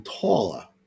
taller